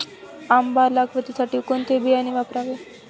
आंबा लागवडीसाठी कोणते बियाणे वापरावे?